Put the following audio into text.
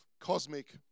cosmic